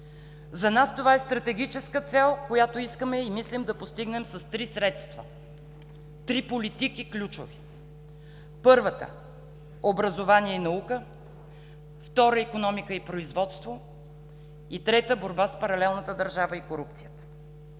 За нас това е стратегическа цел, която искаме и мислим да постигнем с три средства, с три ключови политики. Първата – образование и наука. Втора – икономика и производство, и трета – борба с паралелната държава и корупцията.